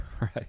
Right